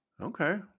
Okay